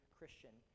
Christian